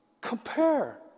compare